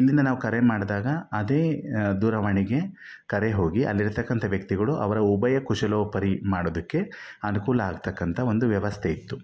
ಇಲ್ಲಿಂದ ನಾವು ಕರೆ ಮಾಡಿದಾಗ ಅದೇ ದೂರವಾಣಿಗೆ ಕರೆ ಹೋಗಿ ಅಲ್ಲಿರ್ತಕ್ಕಂಥ ವ್ಯಕ್ತಿಗಳು ಅವರ ಉಭಯ ಕುಶಲೋಪರಿ ಮಾಡೋದಕ್ಕೆ ಅನುಕೂಲ ಆಗ್ತಕ್ಕಂಥ ಒಂದು ವ್ಯವಸ್ಥೆ ಇತ್ತು